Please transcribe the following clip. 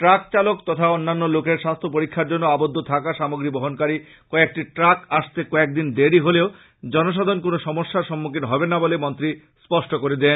truck চালক তথা অন্যান্য লোকের স্বাস্থ্য পরীক্ষার জন্য আবদ্ধ থাকা সামগ্রী বহনকারী কয়েকটি ট্রাক আসতে কয়েকদিন দেরী হলেও জনসাধারন কোন সমস্যার সম্মুখীন হবেন না বলে মন্ত্রী স্পষ্ট করে দেন